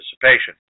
participation